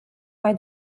mai